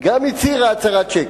לבושה לא צנוע,